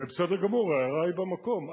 ובסדר גמור, ההערה היא במקום.